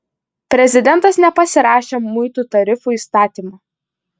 prezidentas nepasirašė muitų tarifų įstatymo